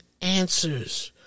answers